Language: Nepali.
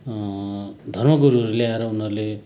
धर्मगुरूहरूले आएर उनीहरूले